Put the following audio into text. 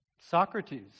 Socrates